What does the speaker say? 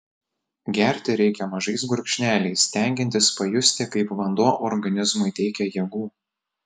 gerti reikia mažais gurkšneliais stengiantis pajusti kaip vanduo organizmui teikia jėgų